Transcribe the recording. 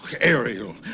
Ariel